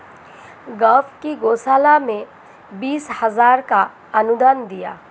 गांव की गौशाला में बीस हजार का अनुदान दिया